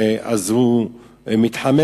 אז הוא מתחמק,